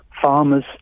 farmers